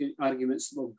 arguments